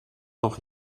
noch